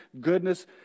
Goodness